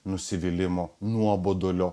nusivylimo nuobodulio